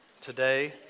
today